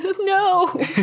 no